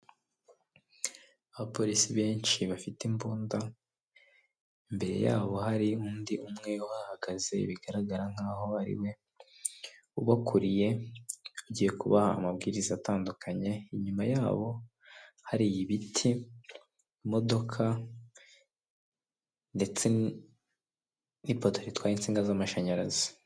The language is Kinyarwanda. Abapolisi benshi bafite imbunda, imbere yabo hari undi umwe uhahagaze bigaragara nkaho ariwe ubakuriye ugiye kubaha amabwiriza atandukanye. Inyuma yabo hari ibiti, imodoka ndetse n'ipoto ritwaye insinga z'amashanyarazi.